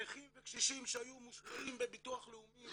נכים וקשישים שהיו מושקעים בביטוח לאומי